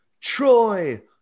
troy